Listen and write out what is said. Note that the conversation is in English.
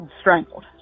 strangled